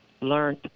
learned